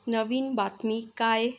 नवीन बातमी काय